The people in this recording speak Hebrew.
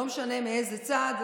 לא משנה מאיזה צד,